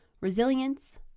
resilience